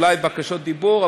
אולי בקשות דיבור,